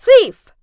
Thief